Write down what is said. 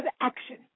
action